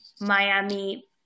Miami